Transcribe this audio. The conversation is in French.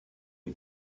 les